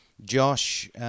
Josh